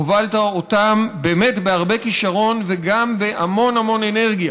הובלת אותם באמת בהרבה כישרון וגם בהמון המון אנרגיה